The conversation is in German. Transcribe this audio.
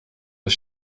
das